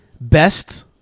best